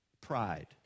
pride